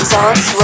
Dance